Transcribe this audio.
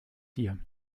dir